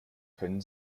können